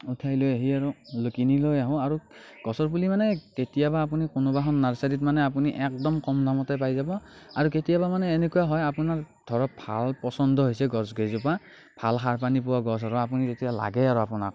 উঠাই লৈ আহি আৰু কিনি লৈ আহোঁঁ আৰু গছৰ পুলি মানে কেতিয়াবা আপুনি কোনোবা এখন নাৰ্চাৰীত মানে আপুনি একদম কম দামতে পাই যাব আৰু কেতিয়াবা মানে এনেকুৱা হয় আপোনাৰ ধৰক ভাল পচণ্ড হৈছে গছ কেইজোপা ভাল সাৰ পানী পোৱা গছ আৰু আপুনি যেতিয়া লাগে আৰু আপোনাক